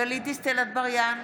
גלית דיסטל אטבריאן,